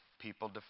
people